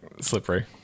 slippery